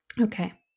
Okay